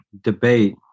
debate